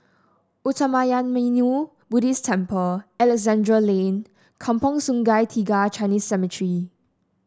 Uttamayanmuni Buddhist Temple Alexandra Lane Kampong Sungai Tiga Chinese Cemetery